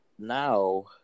Now